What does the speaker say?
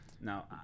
Now